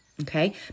Okay